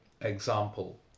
example